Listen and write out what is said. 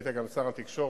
אתה היית גם שר התקשורת,